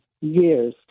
years